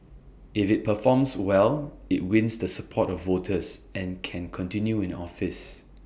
if IT performs well IT wins the support of voters and can continue in office